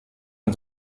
ont